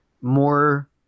more